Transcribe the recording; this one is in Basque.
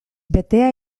betea